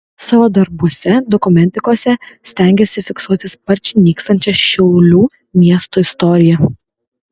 savo darbuose dokumentikose stengiasi fiksuoti sparčiai nykstančią šiaulių miesto istoriją